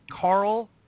Carl